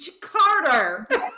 Carter